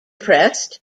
pressed